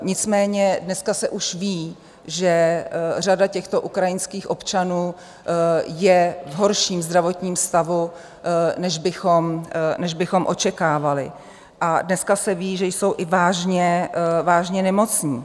Nicméně dneska se už ví, že řada těchto ukrajinských občanů je v horším zdravotním stavu, než bychom očekávali, a dneska se ví, že jsou i vážně nemocní.